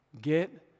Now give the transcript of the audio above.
Get